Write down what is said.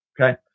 Okay